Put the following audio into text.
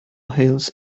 hills